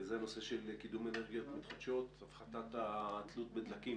אני מדבר על הנושא של קידום אנרגיות מתחדשות והפחתת התלות בדלקים.